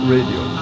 Radio